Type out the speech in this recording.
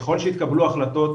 ככל שיתקבלו החלטות,